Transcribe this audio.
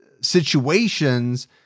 situations